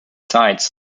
sites